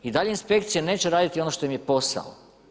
I dalje inspekcije neće raditi ono što im je posao.